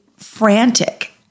frantic